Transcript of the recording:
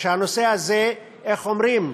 כשהנושא הזה, איך אומרים?